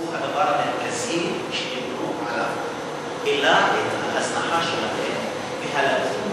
הן הדבר המרכזי שדיברו עליו אלא השכר שלהם והליקוי